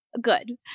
Good